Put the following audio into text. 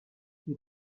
the